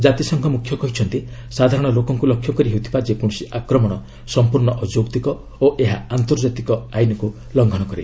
କାତିସଂଘ ମୁଖ୍ୟ କହିଛନ୍ତି ସାଧାରଣ ଲୋକଙ୍କୁ ଲକ୍ଷ୍ୟ କରି ହେଉଥିବା ଯେକୌଣସି ଆକ୍ରମଣ ସମ୍ପୂର୍ଣ୍ଣ ଅଯୌକ୍ତିକ ଓ ଏହା ଆନ୍ତର୍ଜାତିକ ଆଇନକୁ ଲଙ୍ଘନ କରେ